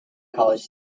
college